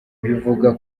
bivuga